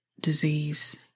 disease